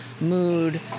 mood